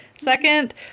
Second